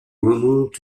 removed